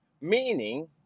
meaning